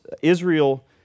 Israel